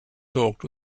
talked